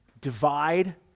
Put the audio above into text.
divide